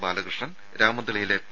ബാലകൃഷ്ണൻ രാമന്തളിയിലെ പി